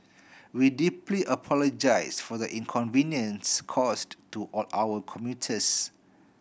we deeply apologise for the inconvenience caused to all our commuters